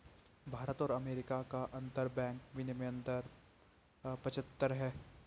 भारत और अमेरिका का अंतरबैंक विनियम दर पचहत्तर है